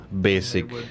Basic